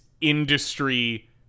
industry